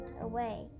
away